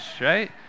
right